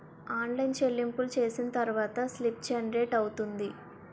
online చెల్లింపులు చేసిన తర్వాత స్లిప్ జనరేట్ అవుతుంది